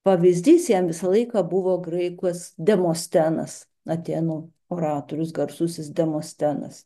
pavyzdys jam visą laiką buvo graikas demostenas atėnų oratorius garsusis demostenas